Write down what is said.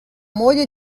moglie